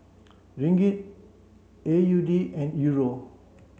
Ringgit A U D and Euro